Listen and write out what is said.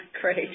Great